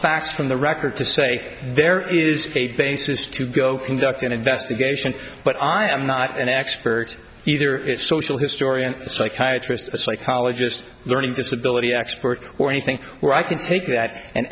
facts from the record to say there is a basis to go conduct an investigation but i am not an expert either its social historian psychiatrist psychologist learning disability expert or anything where i can take that and